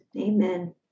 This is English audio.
Amen